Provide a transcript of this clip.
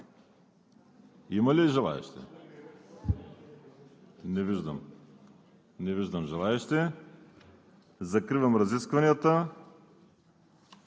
Има ли желаещи? Не виждам желаещи. Закривам разискванията.